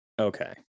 okay